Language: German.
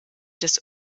des